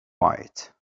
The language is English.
white